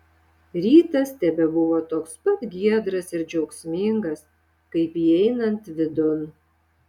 rytas tebebuvo toks pat giedras ir džiaugsmingas kaip įeinant vidun